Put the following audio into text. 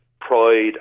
pride